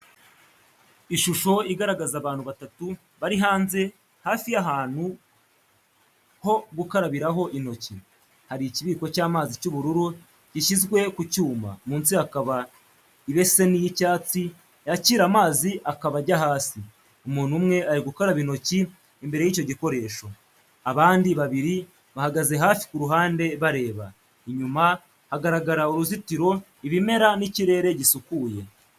Ishusho igaragaza abantu batatu bari hanze hafi y’ahantu ho gukarabiraho intoki. Hari ikibiko cy’amazi cy’ubururu gishyizwe ku cyuma, munsi hakaba ibeseni y’icyatsi yakira amazi akaba ajya hasi. Umuntu umwe ari gukaraba intoki imbere y’icyo gikoresho, abandi babiri bahagaze hafi ku ruhande bareba. Inyuma hagaragara uruzitiro, ibimera n’ikirere gisukuye.